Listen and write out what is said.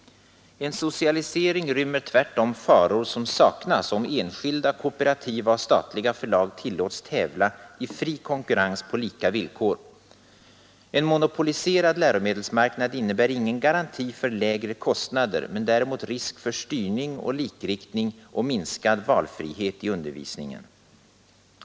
En socialisering rymmer tvärtom faror som saknas om enskilda, kooperativa och statliga förlag tillåts tävla i fri konkurrens på lika villkor. En monopoliserad läromedelsmarknad innebär ingen garanti för lägre kostnader men däremot risk för styrning och likriktning och minskad valfrihet i undervisningssituationen.